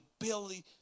ability